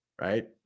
right